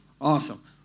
Awesome